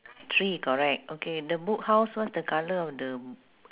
three correct okay the book house what's the colour of the